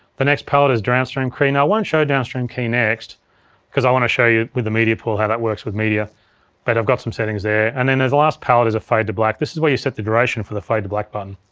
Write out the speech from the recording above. the next palette is downstream key. now, and i won't show downstream key next cause i want to show you with the media pool how that works with media but i've got some settings there. and then there's the last palette is a fade to black, this is where you set the duration for the fade to black button.